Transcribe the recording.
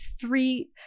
three